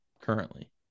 currently